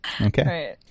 Okay